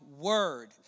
word